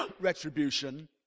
retribution